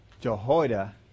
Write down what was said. Jehoiada